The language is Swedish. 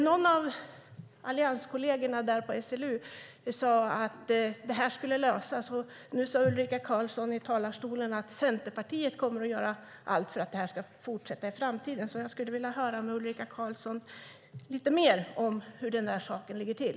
Någon av allianskollegerna sade där på SLU att det här skulle lösas. Nu sade Ulrika Carlsson i talarstolen att Centerpartiet kommer att göra allt för att det här ska fortsätta i framtiden. Jag skulle alltså vilja höra lite mer av Ulrika Carlsson om hur saken ligger till.